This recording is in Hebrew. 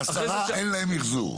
מתוכם עשרה אין להם מחזור.